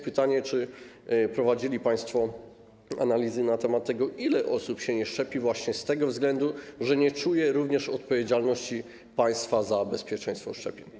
Pytanie: Czy prowadzili państwo analizy na temat tego, ile osób się nie szczepi również z tego względu, że nie czuje odpowiedzialności państwa za bezpieczeństwo szczepień?